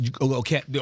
Okay